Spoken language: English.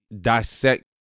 dissect